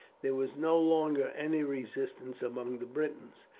there was no longer any resistance among the britons.